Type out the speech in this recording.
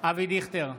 אבי דיכטר,